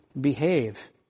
behave